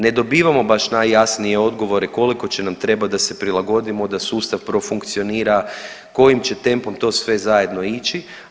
Ne dobivamo baš najjasnije odgovore koliko će nam trebati da se prilagodimo da sustav profunkcionira, kojim će tempom to sve zajedno ići.